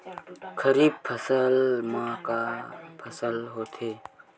खरीफ फसल मा का का फसल होथे?